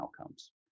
outcomes